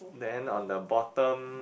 then on the bottom